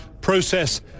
process